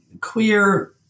queer